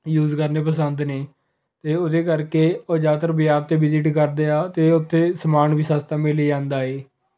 use ਕਰਨੇ ਪਸੰਦ ਨੇ ਅਤੇ ਉਹਦੇ ਕਰਕੇ ਉਹ ਜ਼ਿਆਦਾਤਰ ਬਜ਼ਾਰ 'ਤੇ ਵਿਜਿਟ ਕਰਦੇ ਆ ਅਤੇ ਉੱਥੇ ਸਮਾਨ ਵੀ ਸਸਤਾ ਮਿਲ ਜਾਂਦਾ ਏ